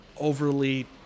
overly